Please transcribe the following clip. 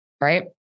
right